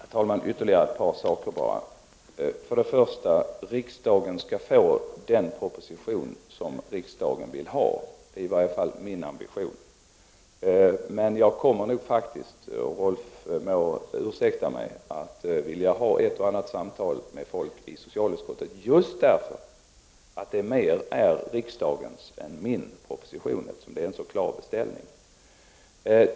Herr talman! Ytterligare några saker bara. Riksdagen skall få den proposition som riksdagen vill ha — det är i varje fall min ambition. Men jag kommer nog — Rolf L Nilson må ursäkta mig — att vilja ha ett och annat samtal med folk i socialutskottet, just därför att det mera är riksdagens än min proposition, eftersom det var en så klar beställning.